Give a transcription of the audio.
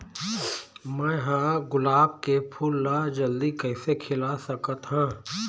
मैं ह गुलाब के फूल ला जल्दी कइसे खिला सकथ हा?